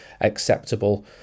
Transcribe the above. acceptable